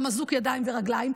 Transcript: גם אזוק בידיים ורגליים.